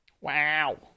Wow